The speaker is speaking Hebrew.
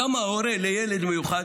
למה הורה לילד מיוחד